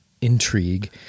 intrigue